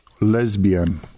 lesbian